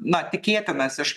na tikėtinas iš